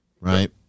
right